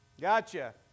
Gotcha